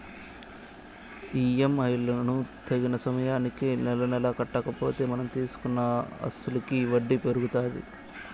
EMI లను తగిన సమయానికి నెలనెలా కట్టకపోతే మనం తీసుకున్న అసలుకి వడ్డీ పెరుగుతాది